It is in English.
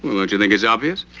well, don't you think is obvious?